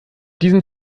diesen